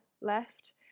left